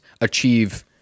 achieve